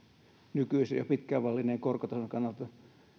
nykyisin jo pitkään vallinneen korkotason kannalta